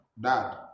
Dad